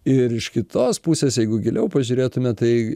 ir iš kitos pusės jeigu giliau pažiūrėtume tai